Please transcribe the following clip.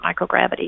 microgravity